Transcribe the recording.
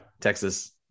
Texas